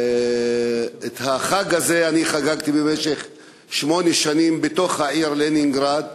את החג הזה חגגתי במשך שמונה שנים בתוך העיר לנינגרד,